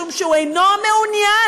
משום שהוא אינו מעוניין